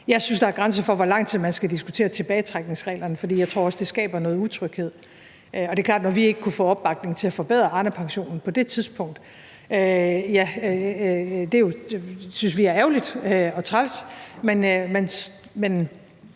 Jeg synes, der er grænser for, hvor lang tid man skal diskutere tilbagetrækningsreglerne, for jeg tror også, det skaber noget utryghed. Og det er klart, at det, at vi ikke kunne få opbakning til at forbedre Arnepensionen på det tidspunkt, synes vi jo er ærgerligt og træls, men